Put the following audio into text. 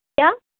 کیا